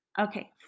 Okay